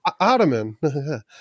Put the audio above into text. ottoman